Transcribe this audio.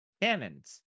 cannons